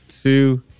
two